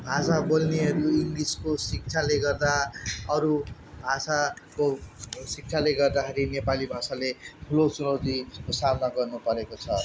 भाषा बोल्नेहरू इङ्ग्लिसको शिक्षाले गर्दा अरू भाषाको शिक्षाले गर्दाखेरि नेपाली भाषाले ठुलो चुनौतीको सामना गर्नुपरेको छ